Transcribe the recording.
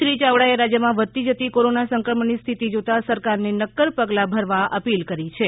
શ્રી ચાવડાએ રાજ્યમાં વધતી જતી કોરોના સંક્રમણની સ્થિતિ જોતાં સરકારને નક્કર પગલાં ભરવા અપીલ કરી છે